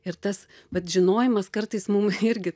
ir tas vat žinojimas kartais mum irgi